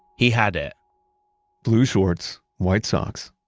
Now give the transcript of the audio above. he had it blue shorts, white socks,